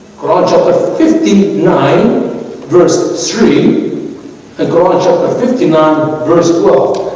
quran chapter fifty nine verse three ah quran chapter fifty nine verse twelve.